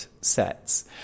sets